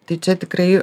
tai čia tikrai